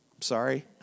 Sorry